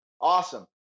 Awesome